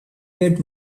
get